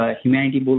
humanity